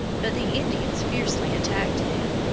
but the indians fiercely attacked them,